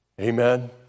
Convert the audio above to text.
Amen